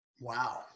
Wow